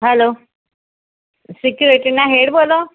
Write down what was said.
હાલો સિક્યુરિટીના હેડ બોલો